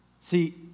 See